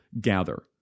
gather